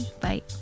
bye